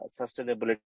sustainability